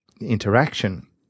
interaction